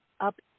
up